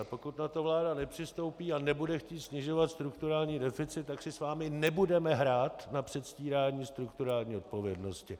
Pokud na to vláda nepřistoupí a nebude chtít snižovat strukturální deficit, tak si s vámi nebudeme hrát na předstírání strukturální odpovědnosti.